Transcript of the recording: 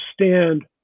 understand